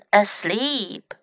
asleep